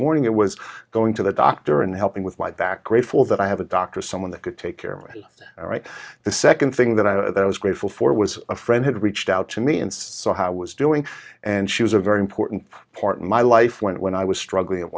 morning it was going to the doctor and helping with my back grateful that i have a doctor someone that could take care of it all right the second thing that i was grateful for was a friend had reached out to me and saw how was doing and she was a very important part of my life went when i was struggling at